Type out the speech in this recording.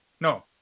No